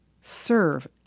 serve